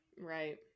Right